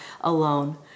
alone